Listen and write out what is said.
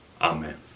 Amen